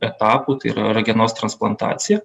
etapų tai yra ragenos transplantacija